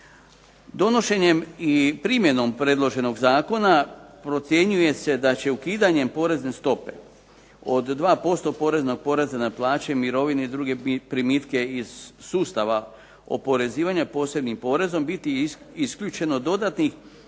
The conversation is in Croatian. Donošenjem i primjenom predloženog zakona procjenjuje se da će ukidanjem porezna stope od 2% poreznog poreza na plaće, mirovine i druge primitke iz sustava oporezivanja posebnim porezom biti isključeno dodatnih